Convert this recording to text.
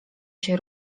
się